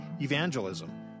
evangelism